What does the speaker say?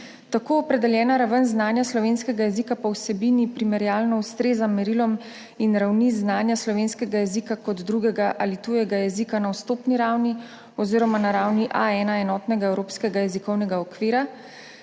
Tako opredeljena raven znanja slovenskega jezika po vsebini primerjalno ustreza merilom in ravni znanja slovenskega jezika kot drugega ali tujega jezika na vstopni ravni oziroma na ravni A1 enotnega evropskega jezikovnega okvira,